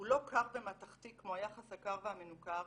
הוא לא קר ומתכתי כמו היחס הקר והמנוכר,